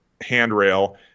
handrail